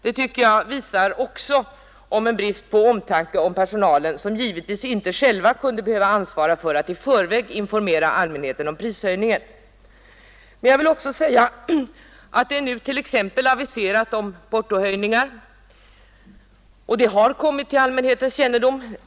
Det tycker jag också vittnar Nr 20 om en brist på omtanke om personalen, som givetvis inte själv kunde Torsdagen den behöva ta ansvar för att i förväg informera allmänheten om prishöjning 10 februari 1972 en. Vidare vill jag säga att det nu t.ex. aviserats portohöjningar, och det har kommit till allmänhetens kännedom.